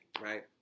Right